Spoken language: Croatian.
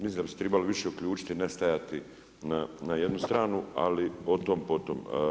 Mislim da bi se tribalo više uključiti ne stajati na jednu stranu, ali o tom, po tom.